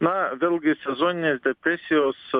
na vėlgi sezoninės depresijos